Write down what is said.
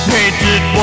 Painted